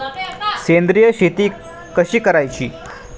सेंद्रिय शेती कशी करायची?